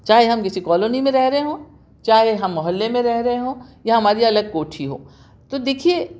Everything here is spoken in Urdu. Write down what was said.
چاہے ہم کسی کالونی میں رہ رہے ہوں چاہے ہم محلے میں رہ رہے ہوں یا ہماری الگ کوٹھی ہو تو دیکھئے